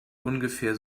ungefähr